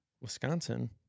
Wisconsin